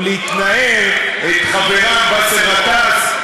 או להתנער מחברם באסל גטאס,